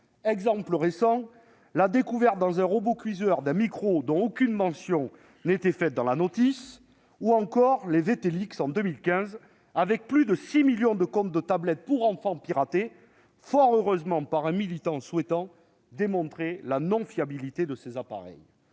exemples récents : la découverte, dans un robot-cuiseur, d'un micro, dont aucune mention n'était faite dans la notice, ou encore les Vtech Leaks, en 2015, avec le piratage de plus de 6 millions de comptes de tablettes pour enfants, qui était, fort heureusement, le fait d'un militant souhaitant démontrer la non-fiabilité de ces appareils.